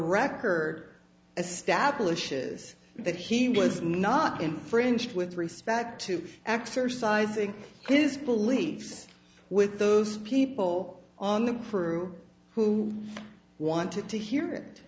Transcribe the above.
record establishes that he was not infringed with respect to exercising his beliefs with those people on the crew who wanted to hear